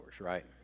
right